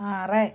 ആറ്